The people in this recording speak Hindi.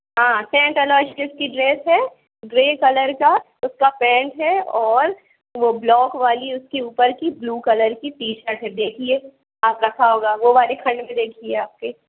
हाँ सेंट अलास स्कूल की ड्रेस है ग्रे कलर का उसका पेंट है और वो ब्लॉक वाली उसकी ऊपर की ब्लू कलर की टी शर्ट है देखिए हाँ रखा होगा वो वाले खंड में देखिए आपके